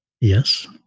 Yes